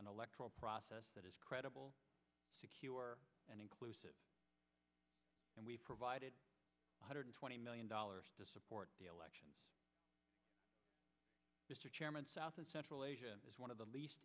an electoral process that is credible and inclusive and we provided one hundred twenty million dollars to support the election mr chairman south and central asia as one of the least